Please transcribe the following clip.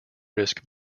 risk